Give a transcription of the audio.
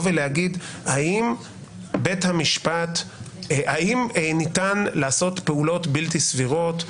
ולהגיד: האם ניתן לעשות פעולות בלתי סבירות,